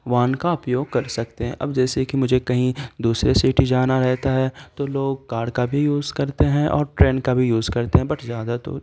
واہن کا اپیوگ کر سکتے ہیں اب جیسے کہ مجھے کہیں دوسرے سٹی جانا رہتا ہے تو لوگ کار کا بھی یوز کرتے ہیں اور ٹرین کا بھی یوز کرتے ہیں بٹ زیادہ تو